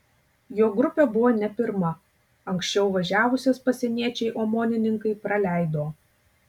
jo grupė buvo ne pirma anksčiau važiavusias pasieniečiai omonininkai praleido